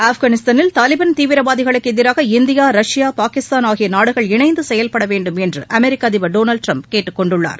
ஆப்கானிஸ்தானில் தாலிபான் தீவிரவாதிகளுக்கு எதிராக இந்தியா ரஷ்யா பாகிஸ்தான் ஆகிய நாடுகள் இணைந்து செயல்பட வேண்டுமென்று அமெரிக்க அதிபர் டொனால்டு ட்ரம்ப் கேட்டுக் கொண்டுள்ளார்